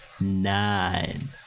Nine